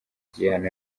igihano